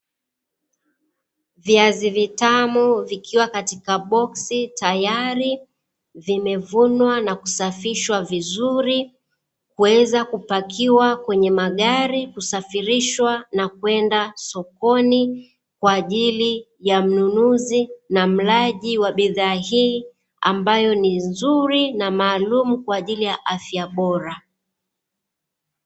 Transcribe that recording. Viazi vitamu vikiwa katika boksi tayari vimevunwa na kusafishwa vizuri, kuweza kupakiwa kwenye magari kusafirishwa na kwenda sokoni kwa ajili ya mnunuzi na mlaji wa bidhaa hii, ambayo ni nzuri na maalumu kwa ajili ya afya bora.